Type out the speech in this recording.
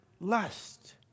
lust